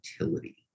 utility